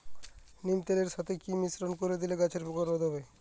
নিম তেলের সাথে কি মিশ্রণ করে দিলে গাছের পোকা রোধ হবে?